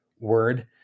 word